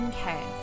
Okay